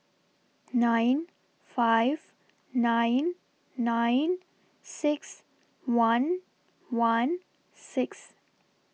nine five nine nine six one one six